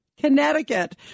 Connecticut